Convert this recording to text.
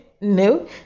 No